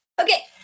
Okay